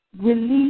release